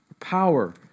power